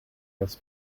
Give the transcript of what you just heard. das